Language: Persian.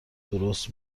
درست